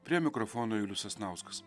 prie mikrofono julius sasnauskas